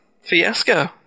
fiasco